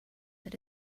said